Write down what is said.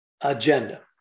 Agenda